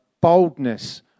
boldness